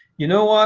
you know what?